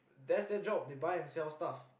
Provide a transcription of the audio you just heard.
that's their job they buy and sell stuff